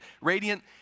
radiant